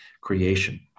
creation